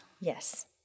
Yes